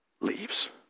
leaves